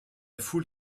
foule